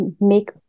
make